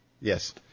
Yes